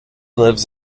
lives